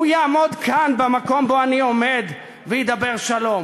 הוא יעמוד כאן, במקום שבו אני עומד, וידבר שלום?